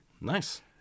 Nice